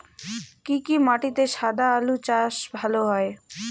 কি কি মাটিতে সাদা আলু চাষ ভালো হয়?